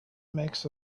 makes